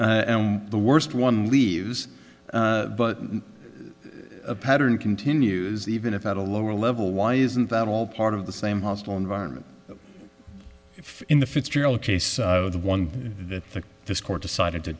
and the worst one leaves but the pattern continues even if at a lower level why isn't that all part of the same hostile environment if in the fitzgerald case the one that this court decided to